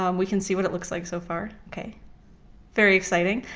um we can see what it looks like so far. very exciting.